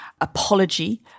apology